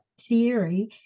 theory